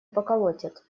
поколотят